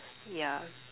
yeah